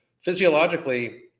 Physiologically